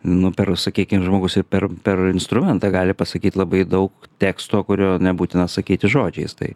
nu per sakykim žmogus ir per per instrumentą gali pasakyt labai daug teksto kurio nebūtina sakyti žodžiais tai